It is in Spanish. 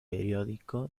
periódico